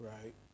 Right